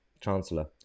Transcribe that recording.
Chancellor